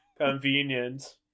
Convenient